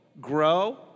grow